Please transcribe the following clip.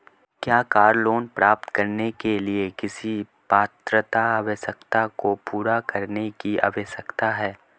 क्या car loan प्राप्त करने के लिए किसी पात्रता आवश्यकता को पूरा करने की आवश्यकता है?